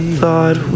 thought